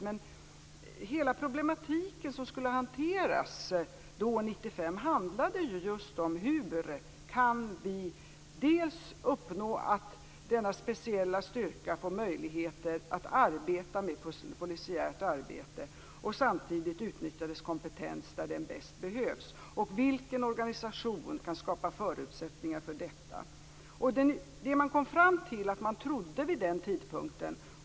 Hela den problematik som skulle hanteras 1995 handlade just om hur vi kan uppnå att denna speciella styrka får möjligheter att arbeta med polisiärt arbete samtidigt som vi kan utnyttja dess kompetens där den bäst behövs. Vilken organisation skulle kunna skapa förutsättningar för detta? Vid den tidpunkten trodde man att det bästa sättet var att integrera denna insatsstyrka med den specialstyrka som finns i Stockholm.